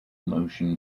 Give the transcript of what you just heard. motion